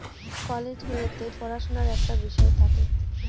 college গুলোতে পড়াশুনার একটা বিষয় থাকে